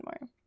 more